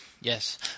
yes